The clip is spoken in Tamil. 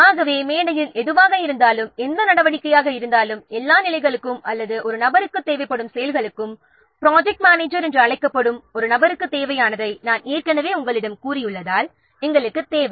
ஆகவே எந்த நிலையாக இருந்தாலும் எந்த நடவடிக்கையாக இருந்தாலும் எல்லா நிலைகளுக்கும் அல்லது ஒரு நபருக்குத் தேவைப்படும் செயல்களுக்கும் ப்ராஜெக்ட் மேனேஜர் என்று அழைக்கப்படும் ஒரு நபர் நமக்கு தேவை